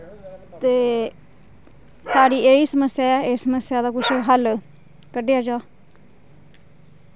ते साढ़ी एह् ही समस्या ऐ समस्या दा कोई हल कड्डेआ जा